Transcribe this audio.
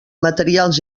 materials